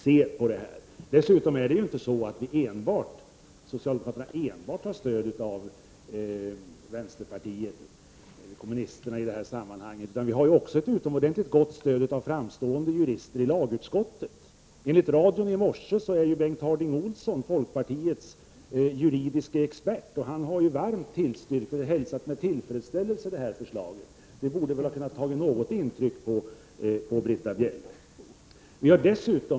Det är ju inte så att socialdemokraterna har stöd enbart av vänsterpartiet. Vi har också ett utomordentligt gott stöd från framstående jurister i lagutskottet. I radion i morse hörde jag att Bengt Harding Olson, folkpartiets juridiska expert, varmt tillstyrkte detta förslag och hälsade det med tillfredsställelse. Det borde väl ha gjort något intryck på Britta Bjelle.